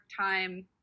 time